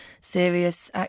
serious